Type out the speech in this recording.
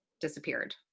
disappeared